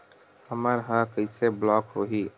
हमर ह कइसे ब्लॉक होही?